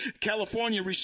California